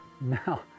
Now